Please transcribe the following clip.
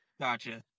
Gotcha